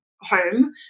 home